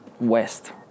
west